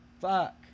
Fuck